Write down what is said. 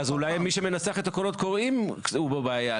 אז אולי מי שמנסח את הקולות קוראים הוא בבעיה,